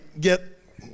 get